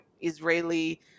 Israeli